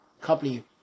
company